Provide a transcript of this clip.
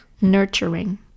nurturing